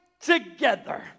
together